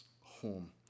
home